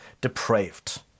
depraved